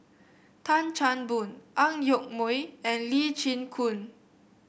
Tan Chan Boon Ang Yoke Mooi and Lee Chin Koon